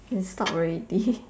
can stop already